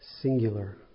Singular